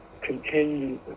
continue